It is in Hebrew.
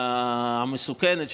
המסוכנת,